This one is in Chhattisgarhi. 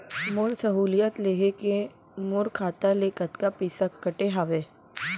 मोर सहुलियत लेहे के मोर खाता ले कतका पइसा कटे हवये?